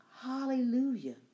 Hallelujah